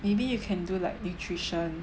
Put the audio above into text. maybe you can do like nutrition